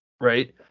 right